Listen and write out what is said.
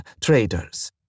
Traders